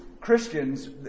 Christians